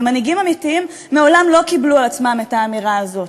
ומנהיגים אמיתיים מעולם לא קיבלו על עצמם את האמירה הזאת.